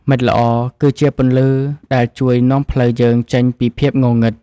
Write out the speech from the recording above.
មិត្តល្អគឺជាពន្លឺដែលជួយនាំផ្លូវយើងចេញពីភាពងងឹត។